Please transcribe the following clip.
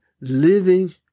living